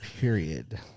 Period